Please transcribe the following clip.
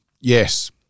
Yes